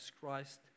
Christ